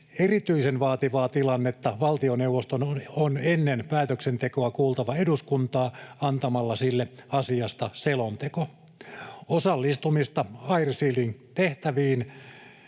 erityisen vaativaa tilannetta, valtioneuvoston on ennen päätöksentekoa kuultava eduskuntaa antamalla sille asiasta selonteko. Osallistumista air shielding ‑tehtäviin